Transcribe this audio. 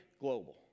global